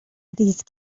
these